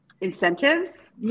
incentives